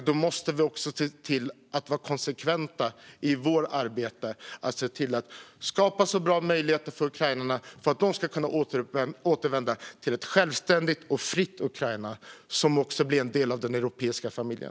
Då måste vi också se till att vara konsekventa i vårt arbete och se till att skapa bra möjligheter för ukrainarna att återvända till ett självständigt och fritt Ukraina som blir en del av den europeiska familjen.